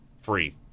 free